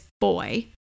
boy